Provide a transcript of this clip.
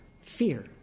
fear